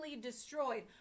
destroyed